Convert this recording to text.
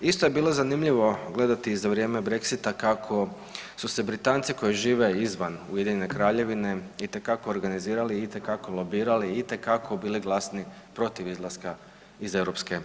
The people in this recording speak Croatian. Isto je bilo zanimljivo gledati za vrijeme brexita kako su se Britanci koji žive izvan Ujedinjene Kraljevine itekako organizirali itekako lobirali itekako bili glasni protiv izlaska iz EU.